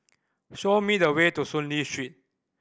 show me the way to Soon Lee Street